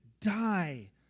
die